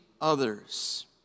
others